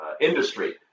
industry